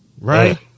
right